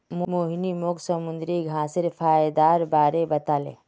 मोहिनी मोक समुंदरी घांसेर फयदार बारे बताले